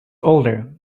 older